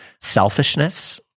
selfishness